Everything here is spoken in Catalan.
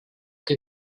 que